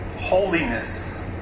holiness